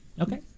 Okay